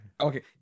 Okay